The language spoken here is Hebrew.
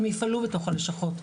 הם יפעלו בתוך הלשכות.